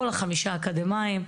כל החמישה אקדמאים,